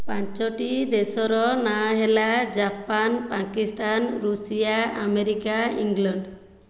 ପାଞ୍ଚଟି ଦେଶର ନାଁ ହେଲା Japan Pakistan Russia America England